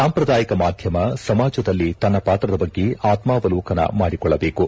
ಸಾಂಪ್ರದಾಯಿಕ ಮಾಧ್ಯಮ ಸಮಾಜದಲ್ಲಿ ತನ್ನ ಪಾತ್ರದ ಬಗ್ಗೆ ಆತ್ಮವಲೋಕನ ಮಾಡಿಕೊಳ್ಳಬೇಕು